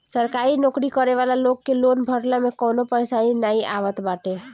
सरकारी नोकरी करे वाला लोग के लोन भरला में कवनो परेशानी नाइ आवत बाटे